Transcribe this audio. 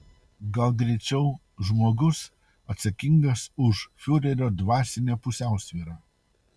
gal greičiau žmogus atsakingas už fiurerio dvasinę pusiausvyrą